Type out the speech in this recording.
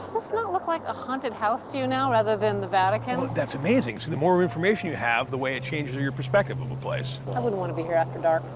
this not look like a haunted house to you now rather than the vatican? that's amazing. see, the more information you have, the way it changes your perspective of a place. i wouldn't want to be here after dark.